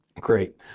Great